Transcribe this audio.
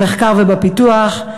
במחקר ובפיתוח,